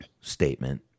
statement